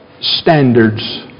standards